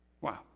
Wow